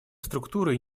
структуры